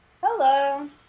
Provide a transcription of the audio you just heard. Hello